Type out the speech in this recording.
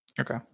Okay